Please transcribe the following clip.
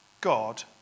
God